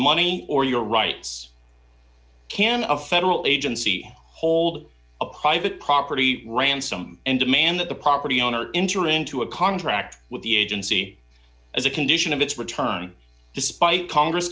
money or your rights can a federal agency hold a private property ransom and demand that the property owner interim to a contract with the agency as a condition of its return despite congress